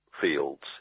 fields